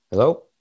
hello